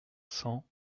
cent